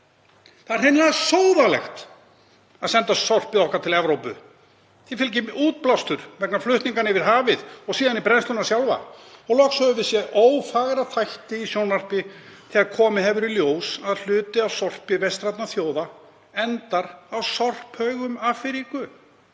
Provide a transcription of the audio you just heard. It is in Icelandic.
Það er hreinlega sóðalegt að senda sorpið okkar til Evrópu. Því fylgir útblástur vegna flutninganna yfir hafið og síðan við brennsluna sjálfa og loks höfum við séð ófagra þætti í sjónvarpi þegar komið hefur í ljós að hluti af sorpi vestrænna þjóða endar á sorphaugum í Afríku